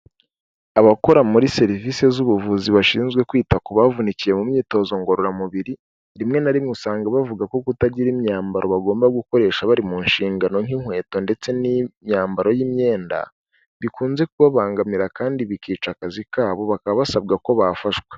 Abakora muri serivisi z'ubuvuzi bashinzwe kwita ku bavunikiye mu myitozo ngororamubiri, rimwe na rimwe usanga bavuga ko kutagira imyambaro bagomba gukoresha bari mu nshingano nk'inkweto ndetse n'imyambaro y'imyenda bikunze kubabangamira kandi bikica akazi kabo bakaba basabwa ko bafashwe.